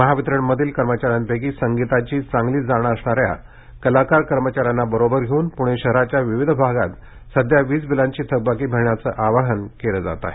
महावितरणमधील कर्मचाऱ्यांपैकी संगीताची चांगली जाण असणाऱ्या कलाकार कर्मचाऱ्यांना बरोबर घेऊन पुणे शहराच्या विविध भागात सध्या वीजबिलांची थकबाकी भरण्याचं आवाहन केलं जात आहे